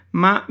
ma